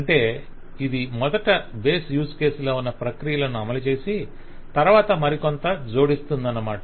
అంటే ఇది మొదట బేస్ యూజ్ కేసులో ఉన్న ప్రక్రియలను అమలు చేసి తరువాత మరికొంత జోడిస్తుందనామాట